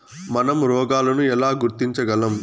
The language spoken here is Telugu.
మనం రోగాలను ఎలా గుర్తించగలం?